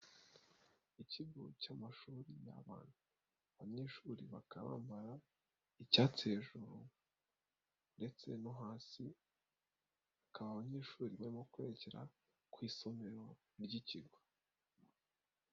Ikigo cy'amashuri y'abana, abanyeshuri bakaba bambara icyatsi hejuru ndetse no hasi, bakaba abanyeshuri barimo kwerekera ku isomero ry'ikigo.